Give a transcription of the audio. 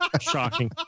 shocking